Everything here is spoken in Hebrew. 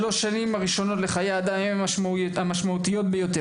שלוש השנים הראשונות לחיי האדם הן המשמעותיות ביותר